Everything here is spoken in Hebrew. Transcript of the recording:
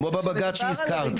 כמו בבג"צ שהזכרתי.